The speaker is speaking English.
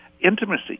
intimacy